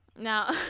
now